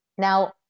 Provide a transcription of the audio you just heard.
Now